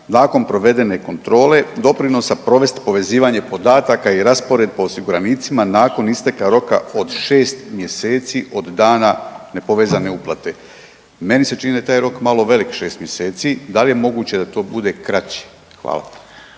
nakon provedene kontrole doprinosa provest povezivanje podataka i raspored po osiguranicima nakon isteka roka od 6 mjeseci od dana nepovezane uplate. Meni se čini da je taj rok malo velik 6 mjeseci, dal je moguće da to bude kraći? Hvala.